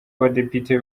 abadepite